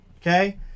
Okay